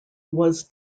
was